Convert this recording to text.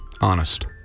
honest